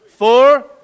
Four